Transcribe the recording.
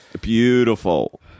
Beautiful